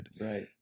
Right